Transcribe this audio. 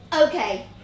Okay